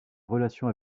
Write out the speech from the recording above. relation